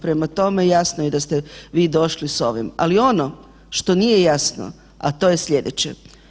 Prema tome jasno je da ste vi došli s ovim, ali ono što nije jasno a to je slijedeće.